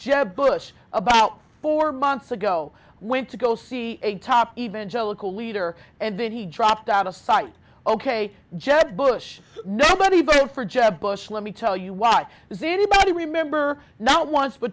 jeb bush about four months ago went to go see a top evangelical leader and then he dropped out of sight ok jeb bush nobody voted for jeb bush let me tell you why this is anybody remember not once